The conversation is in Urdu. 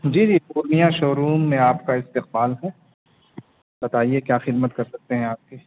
جی جی پورنیہ شو روم میں آپ کا استقبال ہے بتائیے کیا خدمت کر سکتے ہیں آپ کی